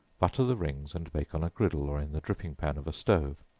butter the rings and bake on a griddle, or in the dripping-pan of a stove.